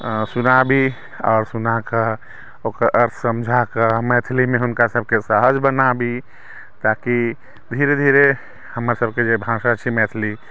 सुनाबि आओर सुनाकऽ ओकर अर्थ समझाकऽ मैथिलीमे हुनका सभके सहज बनाबी ताकि धीरे धीरे हमर सभके जे भाषा छै मैथिली